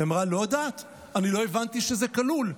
היא אמרה: אני לא יודעת, אני לא הבנתי שזה כלול.